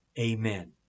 Amen